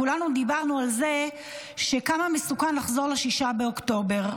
כולנו דיברנו על כמה מסוכן לחזור ל-6 באוקטובר.